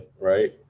right